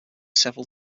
several